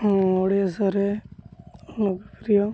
ଓଡ଼ିଶାରେ ଲୋକପ୍ରିୟ